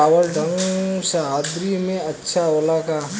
चावल ठंढ सह्याद्री में अच्छा होला का?